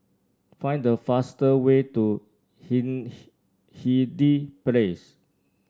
find the faster way to Hindhede Place